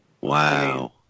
Wow